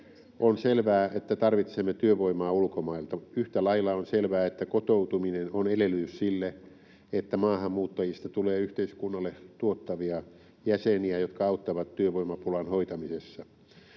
On selvää, että tarvitsemme työvoimaa ulkomailta. Yhtä lailla on selvää, että kotoutuminen on edellytys sille, että maahanmuuttajista tulee yhteiskunnalle tuottavia jäseniä, jotka auttavat työvoimapulan hoitamisessa.